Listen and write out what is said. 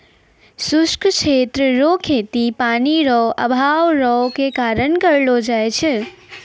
शुष्क क्षेत्र रो खेती पानी रो अभाव रो कारण करलो जाय छै